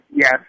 Yes